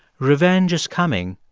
revenge is coming,